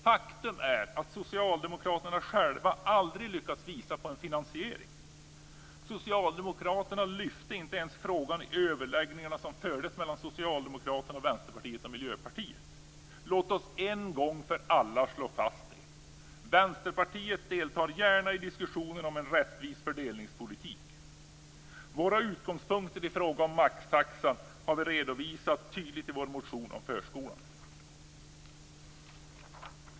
Faktum är att socialdemokraterna själva aldrig lyckats visa på en finansiering. Man lyfte inte ens frågan i de överläggningar som fördes mellan Socialdemokraterna och Vänsterpartiet och Miljöpartiet. Låt oss en gång för alla slå fast att Vänsterpartiet gärna deltar i diskussioner om en rättvis fördelningspolitik. Våra utgångspunkter i fråga om maxtaxan har vi redovisat tydligt i vår motion om förskolan.